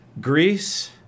Greece